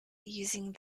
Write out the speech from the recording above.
using